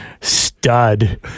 stud